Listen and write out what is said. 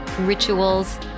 rituals